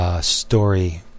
story